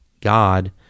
God